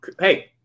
hey